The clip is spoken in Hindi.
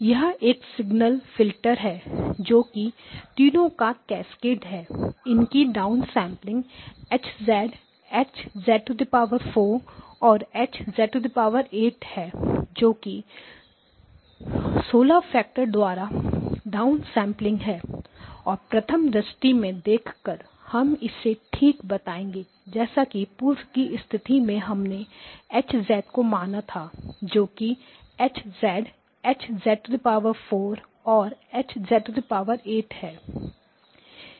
यह एक सिंगल फिल्टर है जो कि तीनों का कैस्केड है इसकी डाउनसेंपलिंग H H और H है जो कि 16 फैक्टर द्वारा डाउनसेंपलिंग है और प्रथम दृष्टि में देखकर हम इसे ठीक बताएँगे जैसा कि पूर्व की स्थिति में हमने H को माना था जो कि H H और H है